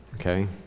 okay